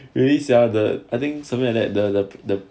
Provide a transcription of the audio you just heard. really sia the I think something like that the the